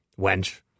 Wench